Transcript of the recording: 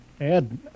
Ed